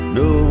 no